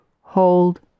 hold